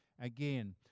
again